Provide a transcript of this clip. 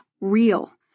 real